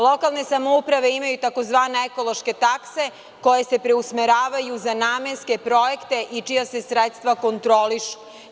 Lokalne samouprave imaju tzv. ekološke takse koje se preusmeravaju za namenske projekte i čija se sredstva kontrolišu.